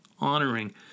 honoring